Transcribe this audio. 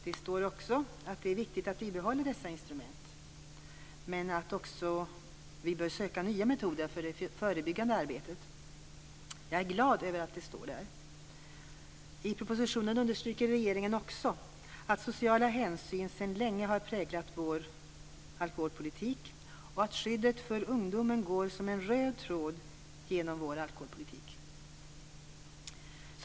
Det står också att det är viktigt att vi bibehåller dessa instrument, men att vi även bör söka nya metoder för det förebyggande arbetet. Jag är glad över att det står där. I propositionen understryker regeringen också att sociala hänsyn sedan länge har präglat vår alkoholpolitik och att skyddet för ungdomen går som en röd tråd genom vår alkoholpolitik.